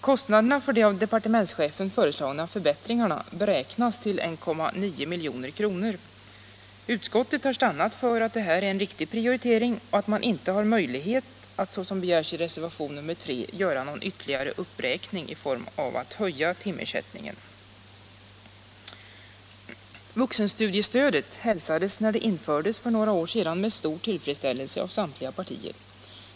Kostnaderna för de av departementschefen föreslagna förbättringarna beräknas till 1,9 milj.kr. Utskottet har stannat för att det här är en riktig prioritering och att man inte har möjlighet att, såsom begärs i reservationen 3, göra någon ytterligare uppräkning i form av höjd timersättning. Vuxenstudiestödet hälsades när det infördes för några år sedan med stor tillfredsställelse av samtliga partier.